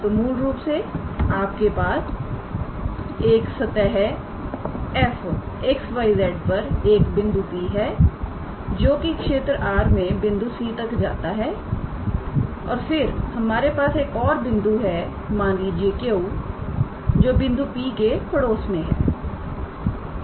तो मूल रूप से आपके पास सतह 𝑓𝑥 𝑦 𝑧 पर एक बिंदु P है जोकि क्षेत्र R में बिंदु C तक जाता है और फिर हमारे पास एक और बिंदु है मान लीजिए Q जो बिंदु P के पड़ोस में है